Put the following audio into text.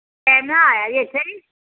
time ਨਾਲ ਆਇਆ ਜੇ ਅੱਛਾ ਜੀ